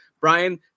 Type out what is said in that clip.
Brian